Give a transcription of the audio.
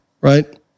right